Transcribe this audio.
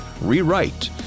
Rewrite